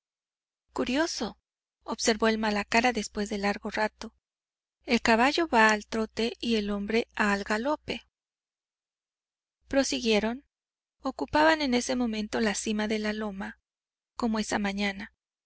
curioso observó el malacara después de largo rato el caballo va al trote y el hombre al galope prosiguieron ocupaban en ese momento la cima de la loma como esa mañana